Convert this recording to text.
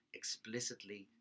explicitly